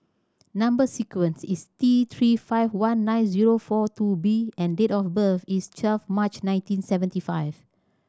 number sequence is T Three five one nine zero four two B and date of birth is twelve March nineteen seventy five